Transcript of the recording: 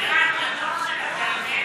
מירב, את הדוח של המאמן,